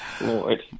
Lord